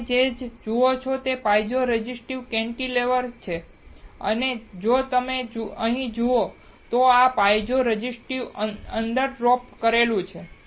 તમે જે જુઓ છો તે પાઇઝો રેઝિસ્ટિવ કેન્ટિલેવર છે અને જો તમે અહીં જુઓ તો આ પાઇઝો રેઝિસ્ટર્સ અંદર ડોપ કરેલું છે